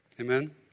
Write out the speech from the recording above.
Amen